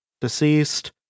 deceased